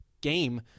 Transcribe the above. game